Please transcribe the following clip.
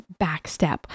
backstep